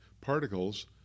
particles